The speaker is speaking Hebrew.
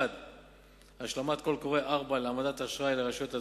1. השלמת קול קורא 4 להעמדת אשראי לרשויות הדרוזיות,